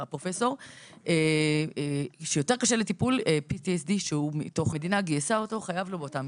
הרב אייכלר, אתמול אתה ישבת איתי בדיון וראית איך